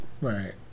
Right